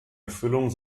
erfüllung